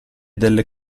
delle